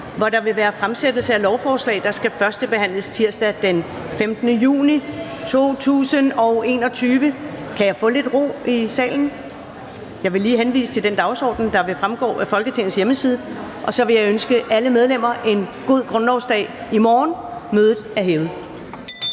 hvor der vil være fremsættelse af lovforslag, der skal førstebehandles tirsdag den 15. juni 2021. Kan jeg få lidt ro i salen? Jeg henviser til den dagsorden, der vil fremgå af Folketingets hjemmeside. Så vil jeg ønske alle medlemmer en god grundlovsdag i morgen. Mødet er hævet.